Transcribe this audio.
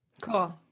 Cool